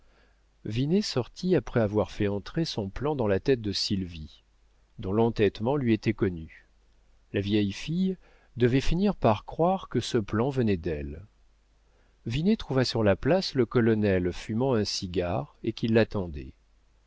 sortit après avoir fait entrer son plan dans la tête de sylvie dont l'entêtement lui était connu la vieille fille devait finir par croire que ce plan venait d'elle vinet trouva sur la place le colonel fumant un cigare et qui l'attendait